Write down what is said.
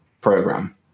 program